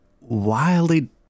wildly